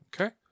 Okay